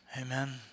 Amen